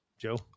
Joe